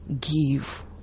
give